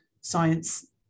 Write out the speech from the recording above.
science